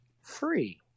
free